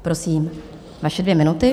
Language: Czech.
Prosím, vaše dvě minuty.